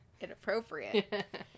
inappropriate